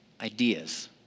ideas